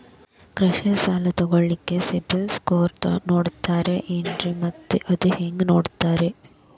ಕೃಷಿ ಸಾಲ ತಗೋಳಿಕ್ಕೆ ಸಿಬಿಲ್ ಸ್ಕೋರ್ ನೋಡ್ತಾರೆ ಏನ್ರಿ ಮತ್ತ ಅದು ಹೆಂಗೆ ನೋಡ್ತಾರೇ?